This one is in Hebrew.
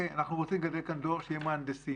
אנחנו רוצים לגדל כאן דור שיהיה מהנדסים.